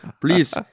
please